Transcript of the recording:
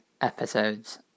episodes